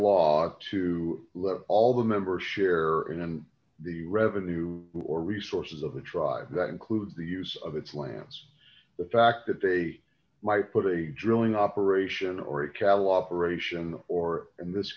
law to let all the member share in and the revenue or resources of the tribe that includes the use of it slams the fact that they might put a drilling operation or a catalogue aeration or in this